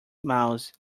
mouse